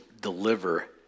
deliver